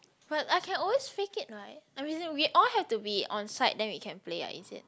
but I can always fake it right I mean we all have to be on site then we can play ah is it